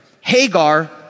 Hagar